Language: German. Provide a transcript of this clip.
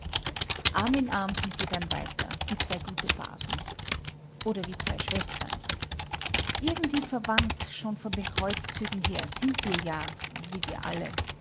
arm in arm sind wir dann weiter wie zwei gute basen oder wie zwei schwestern irgendwie verwandt schon von den kreuzzügen her sind wir ja wie wir alle